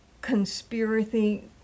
conspiracy